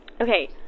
okay